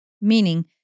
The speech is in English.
Meaning